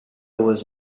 was